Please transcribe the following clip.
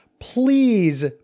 please